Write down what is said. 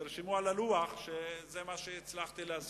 תרשמו על הלוח שזה מה שהצלחתי להשיג.